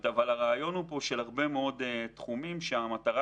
הרעיון פה הוא של הרבה מאוד תחומים שהמטרה